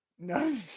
No